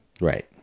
Right